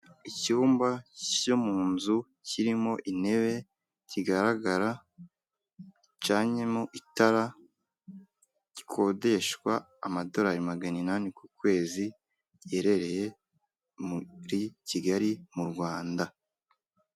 Icyumba cyo mu nzu kirimo intebe, kigaragara gicanyemo itara, gikodeshwa amadolari magana inani ku kwezi, giherereye muri Kigali, mu Rwanda.